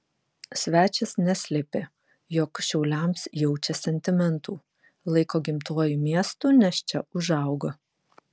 svečias neslėpė jog šiauliams jaučia sentimentų laiko gimtuoju miestu nes čia užaugo